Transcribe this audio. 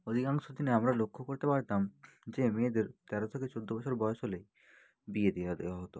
অধিকাংশ দিনে আমরা লক্ষ্য করতে পারতাম যে মেয়েদের তেরো থেকে চোদ্দো বছর বয়স হলেই বিয়ে দেওয়া দেওয়া হতো